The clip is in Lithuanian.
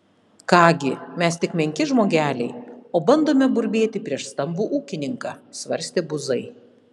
ką gi mes tik menki žmogeliai o bandome burbėti prieš stambų ūkininką svarstė buzai